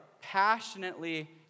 passionately